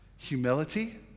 Humility